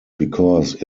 because